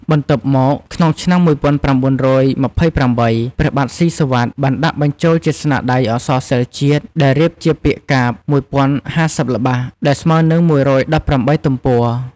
បន្ទាប់មក ក្នុងឆ្នាំ១៩២៨ ព្រះបាទសុីសុវត្ថិ បានដាក់បញ្ចូលជាស្នាដៃអក្សរសិល្ប៍ជាតិ ដែលរៀបជាពាក្យកាព្យ ១០៥០ ល្បះ ដោយស្មើនិង ១១៨ ទំព័រ ។